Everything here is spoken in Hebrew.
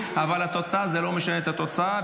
אבל זה לא משנה את התוצאה,